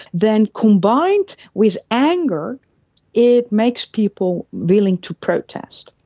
then combined with anger it makes people willing to protest.